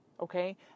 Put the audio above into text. okay